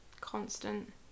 constant